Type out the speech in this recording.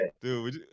dude